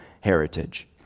heritage